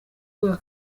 bwa